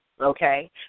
okay